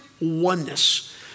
oneness